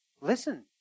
Listen